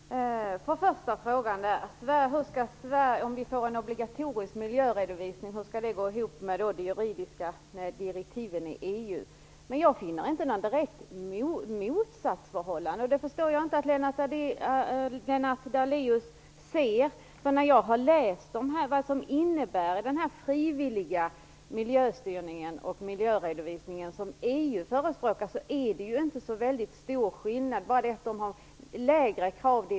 Herr talman! När det gäller frågan hur det skall gå ihop med de juridiska direktiven i EU om vi får en obligatorisk miljöredovisning vill jag säga att jag inte finner något direkt motsatsförhållande. Jag förstår inte att Lennart Daléus ser något sådant. När jag har läst vad den frivilliga miljöstyrning och miljöredovisning som EU förespråkar innebär har jag inte funnit att det är så stora skillnader. De har lägre krav.